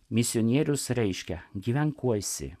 misionierius reiškia gyvenk kuo esi